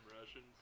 Russians